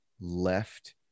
left